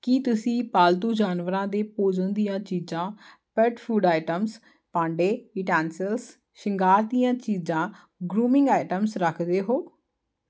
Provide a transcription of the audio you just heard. ਕੀ ਤੁਸੀਂ ਪਾਲਤੂ ਜਾਨਵਰਾਂ ਦੇ ਭੋਜਨ ਦੀਆਂ ਚੀਜ਼ਾਂ ਰਾਈਟ ਫੂਡ ਆਈਟਮਸ ਭਾਂਡੇ ਯੂਟੇਨਸਿਲਸ ਸ਼ਿੰਗਾਰ ਦੀਆਂ ਚੀਜ਼ਾਂ ਗਰੂਮਿੰਗ ਆਈਟਮਸ ਰੱਖਦੇ ਹੋ